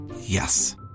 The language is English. Yes